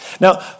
Now